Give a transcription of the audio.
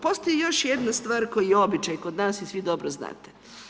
Postoji još jedna stvar koji je običaj kod nas i svi dobro znate.